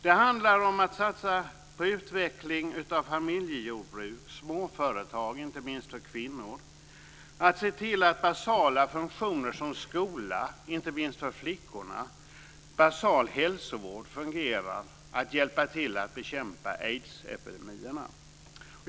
Det handlar om att satsa på utveckling av familjejordbruk och småföretag, inte minst för kvinnor, att se till att basala funktioner som skola, inte minst för flickorna, och hälsovård fungerar samt att hjälpa till att bekämpa aidsepidemierna.